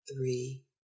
three